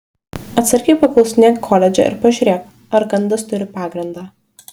atsargiai paklausinėk koledže ir pažiūrėk ar gandas turi pagrindą